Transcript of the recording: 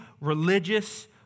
religious